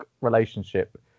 relationship